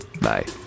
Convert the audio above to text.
Bye